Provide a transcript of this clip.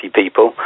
people